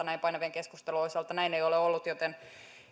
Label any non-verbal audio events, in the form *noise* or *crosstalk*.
*unintelligible* näin painavien keskusteluiden osalta näin ei ole ollut joten